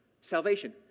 salvation